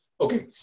okay